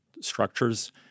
structures